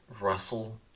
Russell